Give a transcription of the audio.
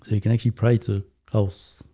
you can actually pray to ghosts,